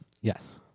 Yes